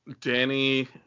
Danny